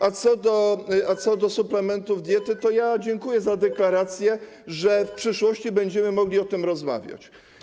A co do suplementów diety to ja dziękuję za deklarację, że w przyszłości będziemy mogli o tym rozmawiać.